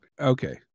okay